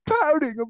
pouting